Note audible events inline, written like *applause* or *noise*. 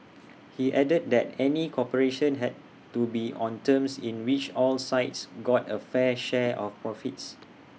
*noise* he added that any cooperation had to be on terms in which all sides got A fair share of profits